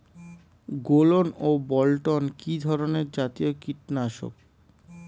গোলন ও বলটন কি ধরনে জাতীয় কীটনাশক?